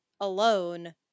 alone